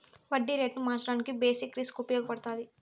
వడ్డీ రేటును మార్చడానికి బేసిక్ రిస్క్ ఉపయగపడతాది